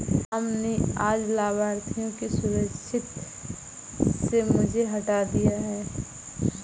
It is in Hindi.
राम ने आज लाभार्थियों की सूची से मुझे हटा दिया है